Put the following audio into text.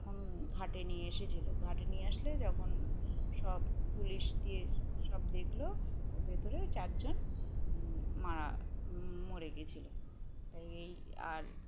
তখন ঘাটে নিয়ে এসেছিলো ঘাটে নিয়ে আসলে যখন সব পুলিশ দিয়ে সব দেখলো ওর ভেতরে চারজন মারা মরে গেছিলো তাই এই আর